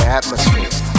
atmosphere